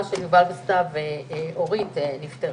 יש לנו את הידע הטוב ביותר